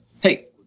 Hey